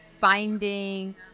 finding